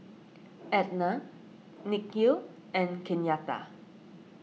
Etna Nikhil and Kenyatta